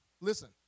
Listen